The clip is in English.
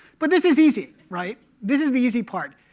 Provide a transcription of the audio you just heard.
but this is easy, right? this is the easy part.